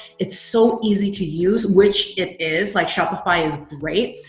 it's so easy to use, which it is. like shopify is great.